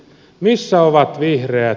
missä ovat vihreät